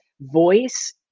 voice